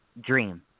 dream